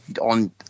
on